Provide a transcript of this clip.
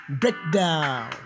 breakdown